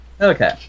Okay